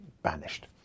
banished